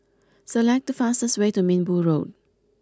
select the fastest way to Minbu Road